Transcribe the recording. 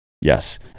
Yes